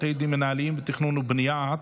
בתי דין מינהליים ותכנון ובנייה),